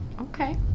Okay